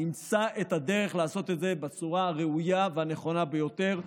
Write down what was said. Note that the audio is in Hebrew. ונמצא את הדרך לעשות את זה בצורה הראויה והנכונה ביותר.